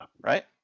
right